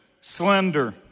slender